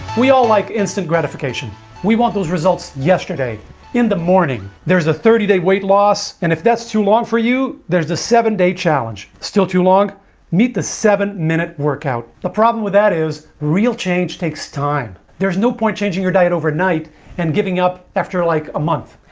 we all like instant gratification we want those results yesterday in the morning there's a thirty day weight loss and if that's too long for you there's a seven-day challenge still too long meet the seven minute workout. the problem with that is real change takes time there's no point changing your diet overnight and giving up after like a month.